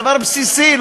דבר בסיסי,